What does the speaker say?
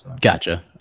Gotcha